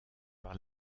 par